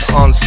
on